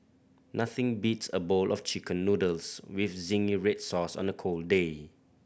nothing beats a bowl of Chicken Noodles with zingy red sauce on a cold day